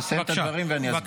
תסיים את הדברים ואני אסביר.